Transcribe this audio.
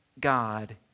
God